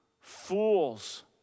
Fools